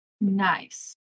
Nice